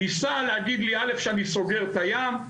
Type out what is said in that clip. ניסה להגיד לי אלף שאני סוגר את הים,